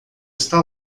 está